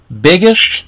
biggest